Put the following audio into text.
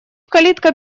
калитка